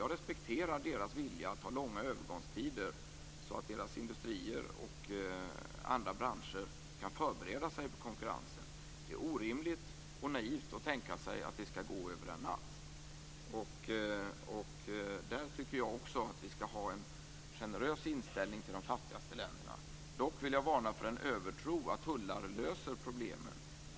Jag respekterar deras vilja att ha långa övergångstider så att deras industrier och andra branscher kan förbereda sig för konkurrensen. Det är orimligt och naivt att tänka sig att detta skall gå över en natt. Där tycker jag också att vi skall ha en generös inställning till de fattigaste länderna. Jag vill dock varna för en övertro på att tullar löser problemen.